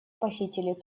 похитили